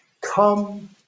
come